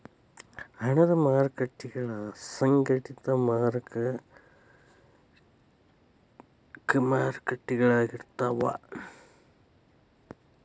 ಹಣದ ಮಾರಕಟ್ಟಿಗಳ ಅಸಂಘಟಿತ ಮಾರಕಟ್ಟಿಗಳಾಗಿರ್ತಾವ